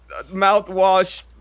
mouthwash